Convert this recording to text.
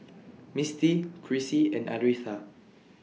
Misty Krissy and Aretha